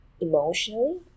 emotionally